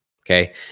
Okay